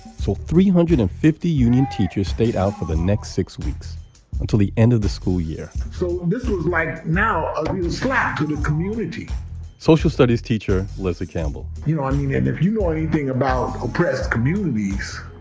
so three hundred and fifty union teachers stayed out for the next six weeks until the end of the school year so this was like now a real slap to the community social studies teacher leslie campbell you know, i mean, and if you know anything about oppressed communities,